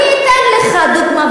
אני אתן לך דוגמה,